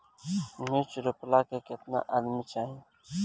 मिर्च रोपेला केतना आदमी चाही?